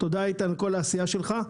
תודה, איתן, על כל העשייה שלך.